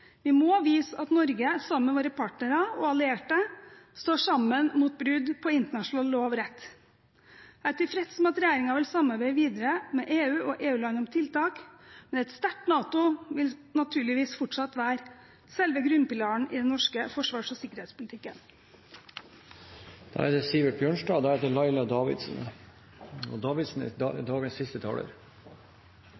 Vi må vise at Norge, sammen med våre partnere og allierte, står sammen mot brudd på internasjonal lov og rett. Jeg er tilfreds med at regjeringen vil samarbeide videre med EU og EU-land om tiltak, men et sterkt NATO vil naturligvis fortsatt være selve grunnpilaren i den norske forsvars- og sikkerhetspolitikken. La meg også først av alt få lov til å rette en gratulasjon til NTNU og